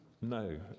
No